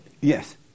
Yes